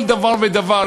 כל דבר ודבר,